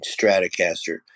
Stratocaster